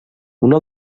una